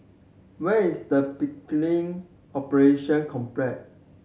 where is Pickering Operation